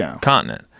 continent